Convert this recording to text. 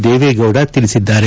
ದೇವೇಗೌಡ ತಿಳಿಸಿದ್ದಾರೆ